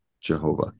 jehovah